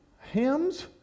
hymns